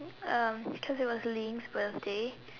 um because it was Lynn's birthday